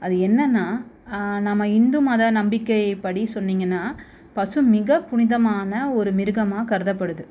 அது என்னென்னா நம்ம இந்து மத நம்பிக்கை படி சொன்னிங்கன்னால் பசு மிக புனிதமான ஒரு மிருகமாக கருதப்படுது